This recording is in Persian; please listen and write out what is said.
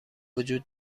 وجود